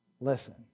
Listen